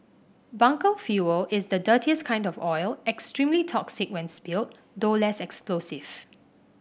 bunker fuel is the dirtiest kind of oil extremely toxic when spilled though less explosive